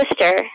sister